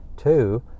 Two